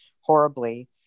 horribly